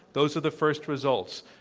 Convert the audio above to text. those are the first results.